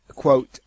Quote